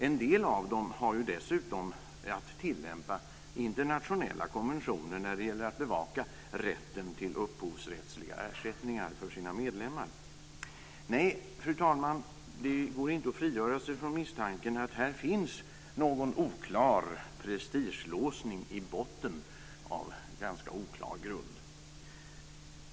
En del av dem har ju dessutom att tillämpa internationella konventioner när det gäller att bevaka rätten till upphovsrättsliga ersättningar för sina medlemmar. Nej, fru talman, det går inte att frigöra sig från misstanken att här finns någon oklar prestigelåsning i botten av ganska oklar grund.